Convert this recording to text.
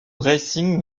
racing